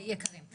שהם יקרים.